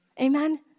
Amen